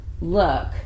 look